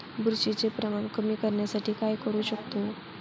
बुरशीचे प्रमाण कमी करण्यासाठी काय करू शकतो?